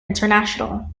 international